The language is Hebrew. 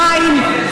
מים,